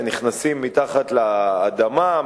נכנסים מתחת לאדמה,